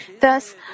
Thus